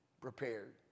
prepared